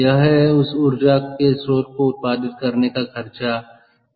यह है उस उर्जा के स्रोत को उत्पादित करने का खर्चा है